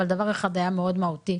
אבל דבר אחד היה מאוד מהותי.